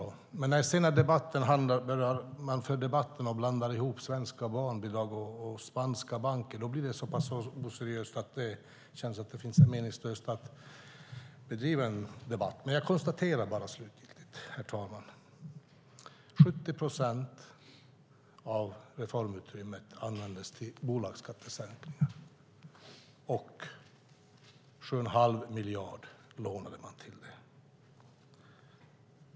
När man sedan i debatten börjar blanda ihop svenska barnbidrag och spanska banker blir det så pass oseriöst att det närmast känns meningslöst att föra en debatt. Jag konstaterar bara att 70 procent av reformutrymmet används till sänkning av bolagsskatten, och 7 1⁄2 miljard lånade man till det.